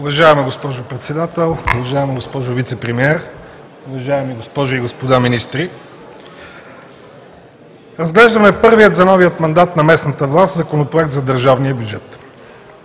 Уважаема госпожо Председател, уважаема госпожо Вицепремиер, уважаеми госпожи и господа министри! Разглеждаме първия за новия мандат на местната власт Законопроект за държавния бюджет.